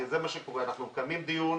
כי מה שקורה זה שאנחנו מקיימים דיון,